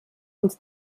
uns